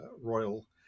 royal